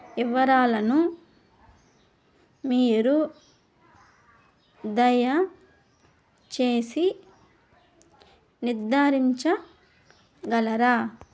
వివరాలను మీరు దయచేసి నిర్ధారించగలరా